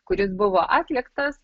kuris buvo atliktas